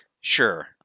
Sure